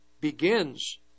begins